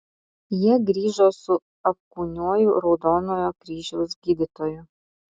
jie grįžo su apkūniuoju raudonojo kryžiaus gydytoju